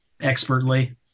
expertly